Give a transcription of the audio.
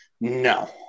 No